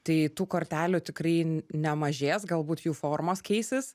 tai tų kortelių tikrai nemažės galbūt jų formos keisis